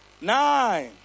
Nine